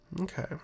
Okay